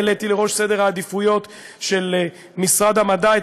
העליתי לראש סדר העדיפויות של משרד המדע את